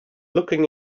looking